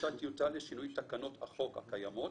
גובשה טיוטה לשינוי תקנות החוק הקיימות